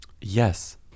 Yes